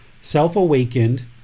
self-awakened